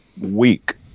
week